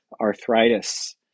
arthritis